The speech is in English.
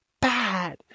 bad